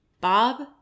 Bob